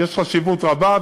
יש חשיבות רבה,